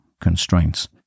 constraints